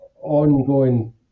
ongoing